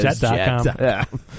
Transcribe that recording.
jet.com